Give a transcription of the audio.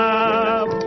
up